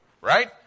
right